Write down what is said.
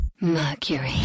Mercury